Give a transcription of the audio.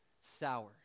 sour